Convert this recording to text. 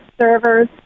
servers